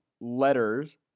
letters